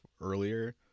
earlier